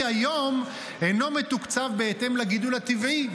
היום אינו מתוקצב בהתאם לגידול הטבעי,